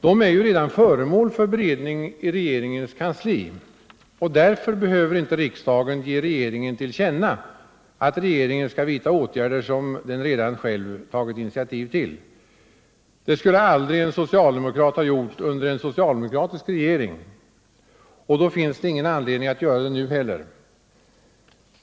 De är ju redan föremål för beredning i regeringens kansli, varför riksdagen inte behöver ge regeringen till känna att regeringen skall vidta åtgärder som den redan själv tagit initiativ till. Så skulle aldrig en socialdemokrat ha gjort under en socialdemokratisk regering, och det finns då ingen anledning att göra så nu heller.